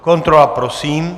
Kontrola prosím.